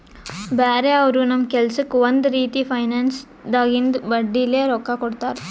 ಬ್ಯಾರೆ ಅವರು ನಮ್ ಕೆಲ್ಸಕ್ಕ್ ಒಂದ್ ರೀತಿ ಫೈನಾನ್ಸ್ದಾಗಿಂದು ಬಡ್ಡಿಲೇ ರೊಕ್ಕಾ ಕೊಡ್ತಾರ್